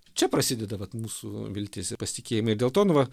čia prasideda vat mūsų viltis ir pasitikėjimai ir dėl to nu va